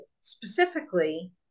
specifically